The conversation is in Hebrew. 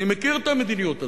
אני מכיר את המדיניות הזאת.